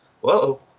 whoa